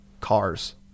cars